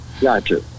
Gotcha